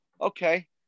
Okay